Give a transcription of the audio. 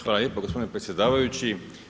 Hvala lijepo gospodine predsjedavajući.